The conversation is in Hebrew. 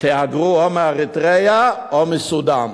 תהגרו או מאריתריאה או מסודן.